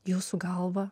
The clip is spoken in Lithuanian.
jūsų galva